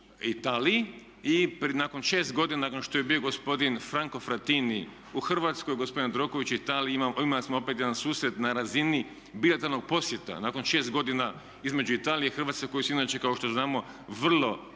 i nakon 6 godina nakon što je bio gospodin Franco Frattini u Hrvatskoj, gospodin Jandroković u Italiji, imali smo opet jedan susret na razini bilateralnog posjeta nakon 6 godina između Italije i Hrvatske koji su inače kao što znamo vrlo,